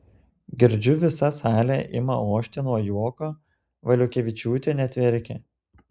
girdžiu visa salė ima ošti nuo juoko valiukevičiūtė net verkia